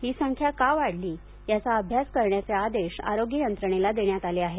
ही संख्या का वाढली याचा अभ्यास करण्याचे आदेश आरोग्य यंत्रणेला देण्यात आले आहेत